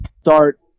start